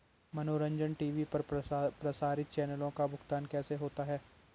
मनोरंजन टी.वी पर प्रसारित चैनलों का भुगतान कैसे होता है?